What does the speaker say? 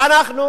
ואנחנו